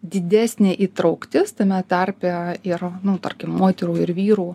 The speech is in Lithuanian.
didesnė įtrauktis tame tarpe ir nu tarkim moterų ir vyrų